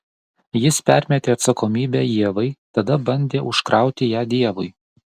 jis permetė atsakomybę ievai tada bandė užkrauti ją dievui